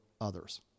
others